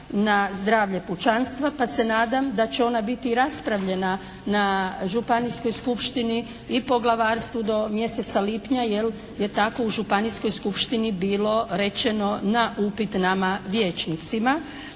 na zdravlje pučanstva pa se nadam da će ona biti raspravljena na Županijskoj skupštini i Poglavarstvu do mjeseca lipnja jer je tako u Županijskoj skupštini bilo rečeno na upit nama vijećnicima.